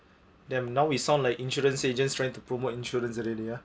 then now we sound like insurance agents trying to promote insurance already ah